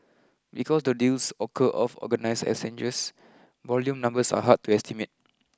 because the deals occur off organise exchanges volume numbers are hard to estimate